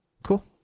cool